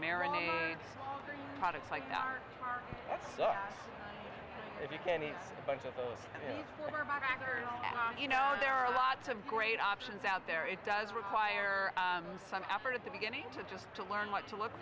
marinated products like that if you can you know there are lots of great options out there it does require some effort at the beginning to just to learn what to look